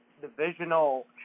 divisional